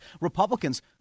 Republicans